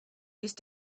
used